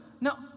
No